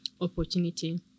opportunity